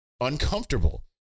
uncomfortable